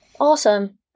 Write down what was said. awesome